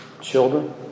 children